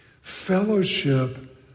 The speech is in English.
Fellowship